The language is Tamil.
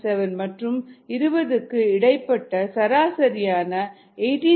7 மற்றும் 20 க்கு இடைப்பட்ட சராசரியான 18